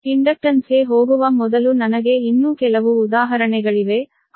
ಇಂಡಕ್ಟನ್ಸ್ಗೆ ಹೋಗುವ ಮೊದಲು ನನಗೆ ಇನ್ನೂ ಕೆಲವು ಉದಾಹರಣೆಗಳಿವೆ ಆದರೆ ಸಮಯ ಸೀಮಿತವಾಗಿರುತ್ತದೆ